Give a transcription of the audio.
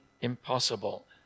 impossible